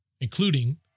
including